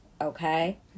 Okay